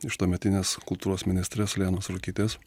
iš tuometinės kultūros ministrės lenos ruikytės